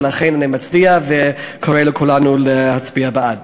ולכן אני מצדיע וקורא לכולנו להצביע בעד.